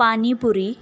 panipuri